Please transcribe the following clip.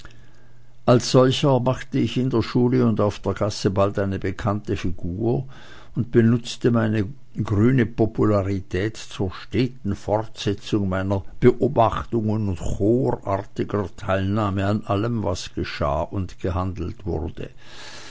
als solcher machte ich in der schule und auf der gasse bald eine bekannte figur und benutzte meine grüne popularität zur steten fortsetzung meiner beobachtungen und chorartiger teilnahme an allem was geschah und gehandelt wurde